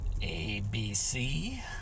ABC